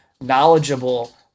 knowledgeable